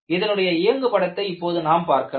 அதனுடைய இயங்கு படத்தை இப்போது நாம் பார்க்கலாம்